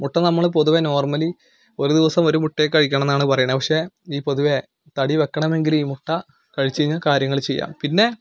മുട്ട നമ്മൾ പൊതുവെ നോർമലി ഒരു ദിവസം ഒരു മുട്ടയൊക്കെ കഴിക്കണം എന്നാണ് പറയുന്നത് പക്ഷേ ഈ പൊതുവെ തടി വയ്ക്കണമെങ്കിൽ ഈ മുട്ട കഴിച്ച് കഴിഞ്ഞാൽ കാര്യങ്ങൾ ചെയ്യാം പിന്നെ